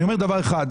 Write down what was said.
אני אומר דבר אחד.